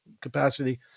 capacity